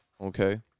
Okay